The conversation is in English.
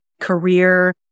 career